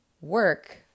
work